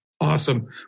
Awesome